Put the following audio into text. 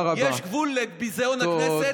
יש גבול לביזיון הכנסת.